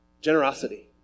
Generosity